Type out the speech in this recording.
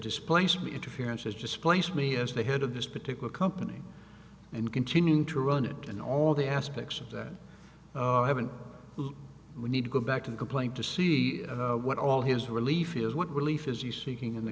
displaced me interference has displaced me as the head of this particular company and continuing to run it and all the aspects of that i haven't we need to go back and complain to see what all his relief is what relief is you seeking in the